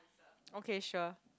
okay sure